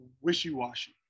wishy-washy